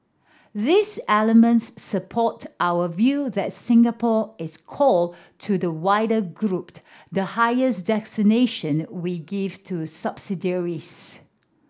these elements support our view that Singapore is core to the wider grouped the highest we give to subsidiaries